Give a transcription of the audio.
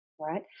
Right